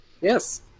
yes